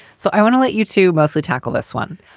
so i want to let you to mostly tackle this one.